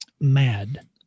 Mad